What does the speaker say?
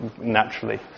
naturally